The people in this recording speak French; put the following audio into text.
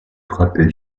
frapper